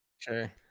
Sure